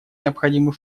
необходимый